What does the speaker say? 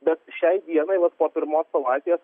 bet šiai dienai vat po pirmos savaitės